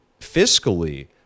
fiscally